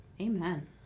Amen